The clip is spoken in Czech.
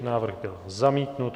Návrh byl zamítnut.